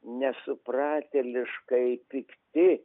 nesupratėliškai pikti